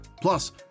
Plus